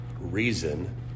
reason